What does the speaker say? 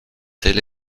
telle